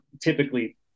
typically